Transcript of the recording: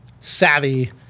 savvy